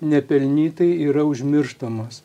nepelnytai yra užmirštamos